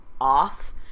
off